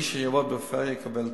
מי שיבוא לפריפריה יקבל תוספת.